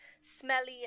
smelly